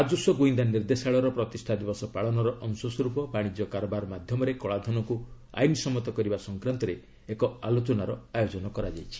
ରାଜସ୍ୱ ଗୁଇନ୍ଦା ନିର୍ଦ୍ଦେଶାଳୟର ପ୍ରତିଷ୍ଠା ଦିବସ ପାଳନର ଅଂଶସ୍ୱର୍ପ ବାଣିଜ୍ୟ କାରବାର ମାଧ୍ୟମରେ କଳାଧନକୁ ଆଇନ ସମ୍ମତ କରିବା ସଂକ୍ରାନ୍ତରେ ଏକ ଆଲୋଚନାର ଆୟୋଜନ କରାଯାଇଛି